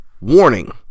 Warning